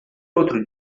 outro